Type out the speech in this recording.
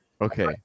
Okay